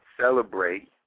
celebrate